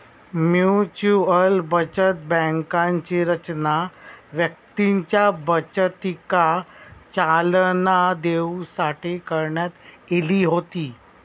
mutual बचत बँकांची रचना व्यक्तींच्या बचतीका चालना देऊसाठी करण्यात इली होती